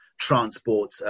transport